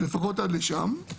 לפחות עד לשם.